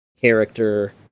character